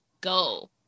go